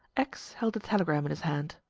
x held a telegram in his hand.